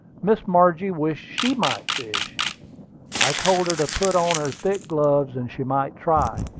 miss margie wished she might fish i told her to put on her thick gloves and she might try.